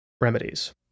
remedies